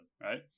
right